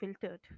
filtered